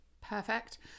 Perfect